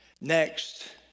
Next